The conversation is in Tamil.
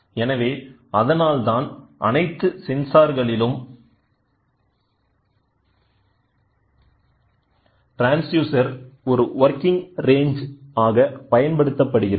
எனவே அதனால்தான் அனைத்து சென்சார்களிலும் ட்ரான்ஸ்டியூசர் ஒரு வொர்கிங் ரேன்ஜ் ஆக பயன்படுத்தப்படுகிறது